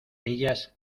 ellas